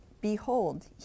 Behold